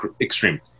extreme